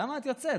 למה את יוצאת?